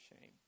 shame